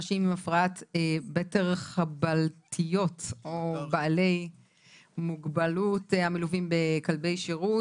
אנשים עם הפרעות בתר חבלתיות או בעלי מוגבלות המלווים בכלבי שירות),